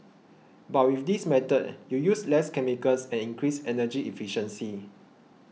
but with this method you use less chemicals and increase energy efficiency